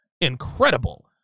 incredible